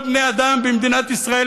כל בני האדם במדינת ישראל,